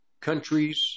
countries